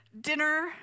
dinner